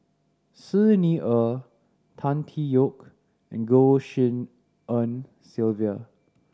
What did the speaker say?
Xi Ni Er Tan Tee Yoke and Goh Tshin En Sylvia